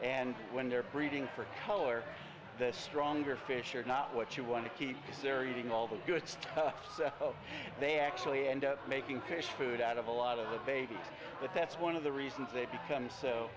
and when they're breeding for color the stronger fish are not what you want to keep because they're eating all the good stuff so they actually end up making fish food out of a lot of the babies but that's one of the reasons they become so